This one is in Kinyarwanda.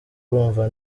urumva